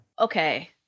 okay